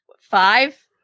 five